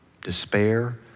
despair